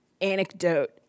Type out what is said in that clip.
anecdote